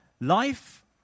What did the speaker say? Life